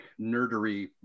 nerdery